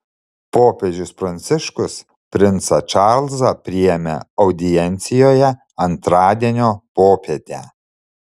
popiežius pranciškus princą čarlzą priėmė audiencijoje antradienio popietę